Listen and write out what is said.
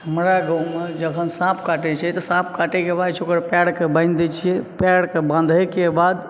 हमरा गाँवमे जखन साँप काटै छै तऽ साँप काटैके बाद जे छै ओकर पयरके बान्हि दै छियै पयरके बान्हैके बाद